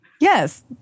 Yes